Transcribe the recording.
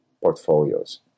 portfolios